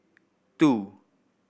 two